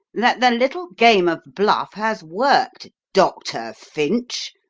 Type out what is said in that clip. that the little game of bluff has worked, dr. finch,